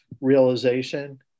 realization